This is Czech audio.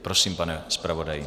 Prosím, pane zpravodaji.